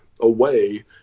away